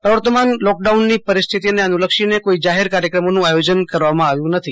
પ્રવર્તમાન લોકડાઉનની પરિસ્થિતીને અનુલક્ષીને કોઈ જાહેર કાર્યક્રમોનું આયોજન કરવામાં આવ્યું નથી